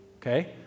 okay